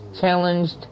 challenged